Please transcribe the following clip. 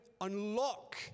unlock